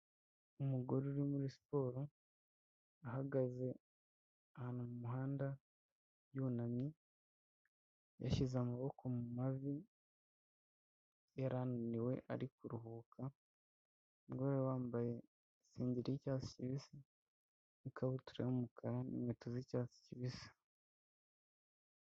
Umugore uri muri siporo ahagaze ahantu mu muhanda yunamye, yashyize amaboko mu mavi yari ananiwe ari kuruhuka, umugore wari wambaye isengeri y'icyatsi kibisi n'ikabutura y'umukara n'inkweto z'icyatsi kibisi.